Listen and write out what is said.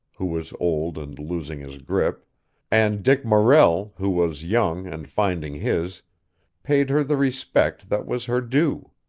who was old and losing his grip and dick morrell, who was young and finding his paid her the respect that was her due.